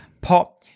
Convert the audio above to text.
Pop